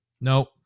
Nope